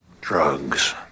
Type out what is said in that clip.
drugs